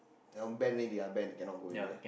uh banned already ah banned cannot go already ah